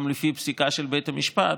גם לפי הפסיקה של בית המשפט,